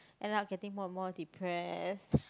end up getting more and more depress